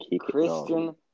Christian